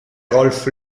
golf